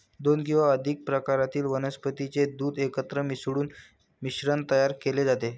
दोन किंवा अधिक प्रकारातील वनस्पतीचे दूध एकत्र मिसळून मिश्रण तयार केले जाते